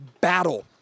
battle